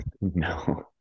no